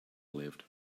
lived